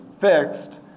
fixed